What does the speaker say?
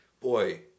boy